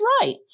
right